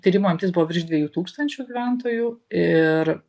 tyrimo imtis buvo virš dviejų tūkstančių gyventojų ir